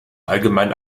allgemein